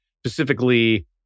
specifically